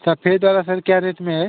सफेद वाला सर क्या रेट में है